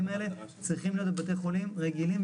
מפסידים על פנימיות, מפסידים על הקורונה.